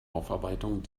aufarbeitung